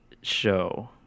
show